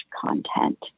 content